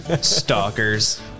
Stalkers